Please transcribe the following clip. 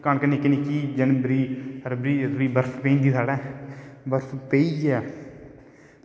कनक निक्की निक्की होऐ ते बर्फ पेई जंदी साढ़ै बर्फ पेईयै